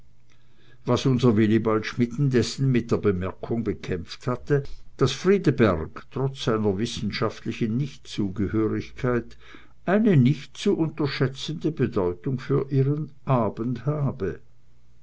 was unser wilibald schmidt indessen mit der bemerkung bekämpft hatte daß friedeberg trotz seiner wissenschaftlichen nichtzugehörigkeit eine nicht zu unterschätzende bedeutung für ihren abend habe